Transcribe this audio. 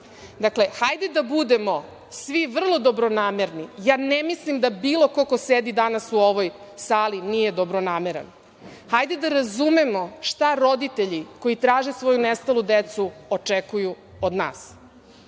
hajde da budemo svi vrlo dobronamerni. Ne mislim da bilo ko sedi danas ovde u ovoj sali nije dobronameran. Hajde da razumemo šta roditelji, koji traže svoju nestalu decu, očekuju od nas.